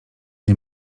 nie